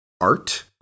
art